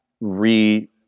re